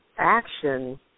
Action